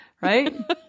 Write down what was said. right